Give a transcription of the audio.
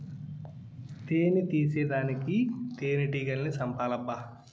తేని తీసేదానికి తేనెటీగల్ని సంపాలబ్బా